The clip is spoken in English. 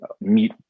meet